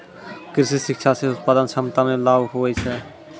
कृषि शिक्षा से उत्पादन क्षमता मे लाभ हुवै छै